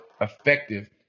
effective